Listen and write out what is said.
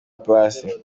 ipasi